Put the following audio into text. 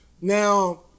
Now